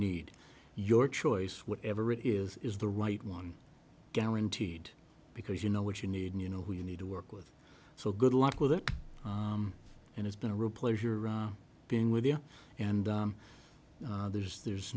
need your choice whatever it is is the right one guaranteed because you know what you need and you know who you need to work with so good luck with it and it's been a real pleasure being with you and others there's